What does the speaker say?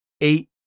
eight